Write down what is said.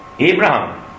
Abraham